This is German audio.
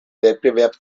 wettbewerb